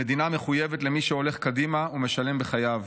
המדינה מחויבת למי שהולך קדימה ומשלם בחייו,